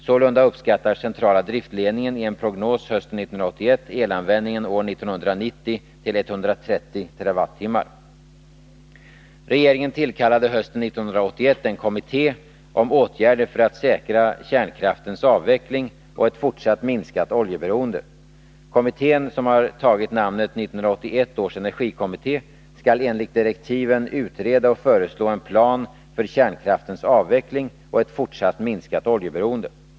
Sålunda uppskattar centrala driftledningen i en prognos hösten 1981 elanvändningen år 1990 till 130 TWh. Regeringen tillkallade hösten 1981 en kommitté i syfte att utreda frågan om åtgärder för att säkra kärnkraftens avveckling och ett fortsatt minskat oljeberoende. Kommittén, som har tagit namnet 1981 års energikommitté, skall enligt direktiven utreda och föreslå en plan för kärnkraftens avveckling och ett fortsatt minskat oljeberoende.